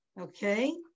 okay